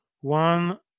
one